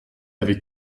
avait